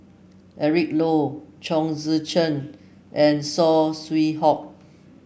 Eric Low Chong Tze Chien and Saw Swee Hock